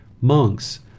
Monks